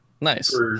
nice